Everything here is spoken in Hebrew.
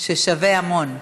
ששווה המון.